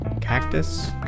cactus